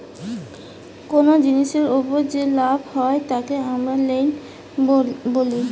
কুনো জিনিসের উপর যে লাভ হয় তাকে আমরা গেইন বলি